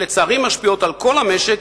שלצערי משפיעות על כל המשק,